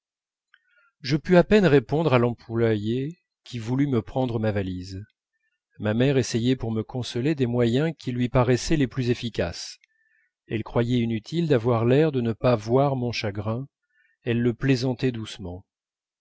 je pus à peine répondre à l'employé qui voulut me prendre ma valise ma mère essayait pour me consoler des moyens qui lui paraissaient les plus efficaces elle croyait inutile d'avoir l'air de ne pas voir mon chagrin elle le plaisantait doucement